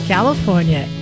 California